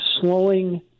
slowing